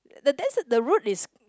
the des~ the route is